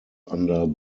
under